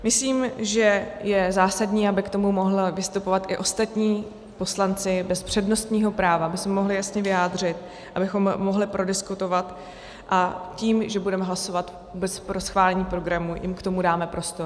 Myslím, že je zásadní, aby k tomu mohli vystupovat i ostatní poslanci bez přednostního práva, aby se mohli jasně vyjádřit, abychom to mohli prodiskutovat, a tím, že budeme hlasovat vůbec pro schválení programu, jim k tomu dáme prostor.